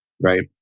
Right